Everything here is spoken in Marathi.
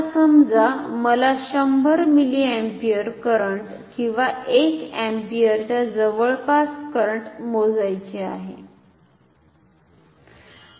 आता समजा मला 100 मिलीअँपिअर करंट किंवा 1 अँपिअर च्या जवळपास करंट मोजायचे आहे